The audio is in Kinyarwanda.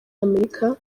amerika